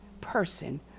person